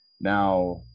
Now